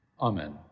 Amen